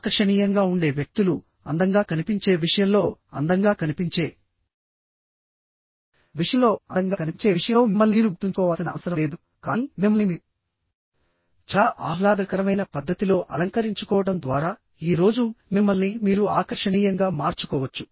ఆకర్షణీయంగా ఉండే వ్యక్తులు అందంగా కనిపించే విషయంలోఅందంగా కనిపించే విషయంలోఅందంగా కనిపించే విషయంలో మిమ్మల్ని మీరు గుర్తుంచుకోవాల్సిన అవసరం లేదు కానీ మిమ్మల్ని మీరు చాలా ఆహ్లాదకరమైన పద్ధతిలో అలంకరించుకోవడం ద్వారా ఈ రోజు మిమ్మల్ని మీరు ఆకర్షణీయంగా మార్చుకోవచ్చు